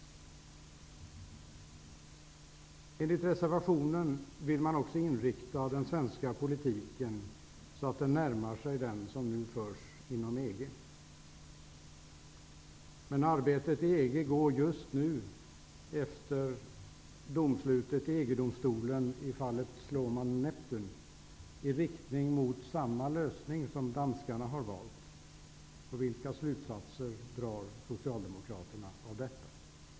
Enligt reservationen vill man också inrikta den svenska politiken så att den närmar sig den som nu förs inom EG. Men arbetet i EG går just nu, efter utslaget i EG-domstolen i fallet Sloman Neptun, i riktning mot samma lösning som danskarna har valt. Vilka slutsatser drar Socialdemokraterna av detta?